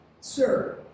Sir